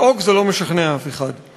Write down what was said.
לצעוק זה לא משכנע אף אחד.